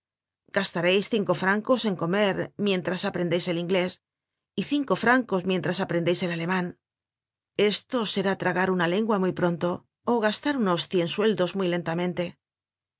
gastareis cinco francos en comer mientras aprendeis el inglés y cinco francos mientras aprendeis el aleman esto será tragar una lengua muy pronto ó gastar unos cien sueldos muy lentamente